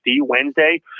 Wednesday